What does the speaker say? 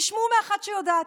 תשמעו מאחת שיודעת,